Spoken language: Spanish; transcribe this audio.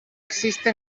existe